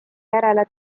järele